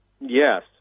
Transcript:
Yes